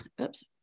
oops